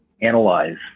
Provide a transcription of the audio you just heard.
analyze